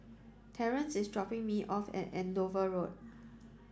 Terrence is dropping me off at Andover Road